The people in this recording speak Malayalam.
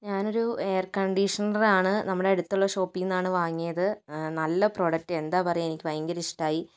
ഞാനൊരു എയര്കണ്ടീഷണറാണ് നമ്മളുടെ അടുത്തുള്ള ഷോപ്പിൽ നിന്നാണ് വാങ്ങിയത് നല്ല പ്രൊഡക്റ്റ് എന്താ പറയുക എനിക്ക് ഭയങ്കര ഇഷ്ടമായി